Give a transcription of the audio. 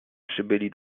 przybyli